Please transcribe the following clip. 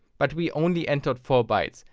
but we only entered four bytes,